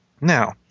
Now